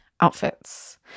outfits